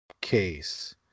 case